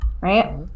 Right